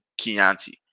Chianti